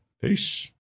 Peace